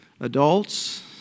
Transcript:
adults